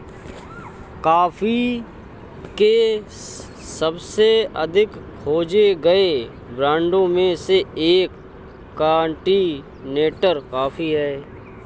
coffee के सबसे अधिक खोजे गए ब्रांडों में से एक कॉन्टिनेंटल कॉफ़ी है